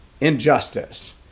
injustice